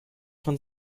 von